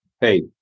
Hey